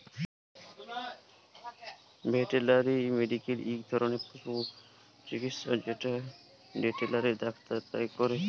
veterinary medical ইক ধরলের পশু চিকিচ্ছা যেট ভেটেলারি ডাক্তাররা ক্যরে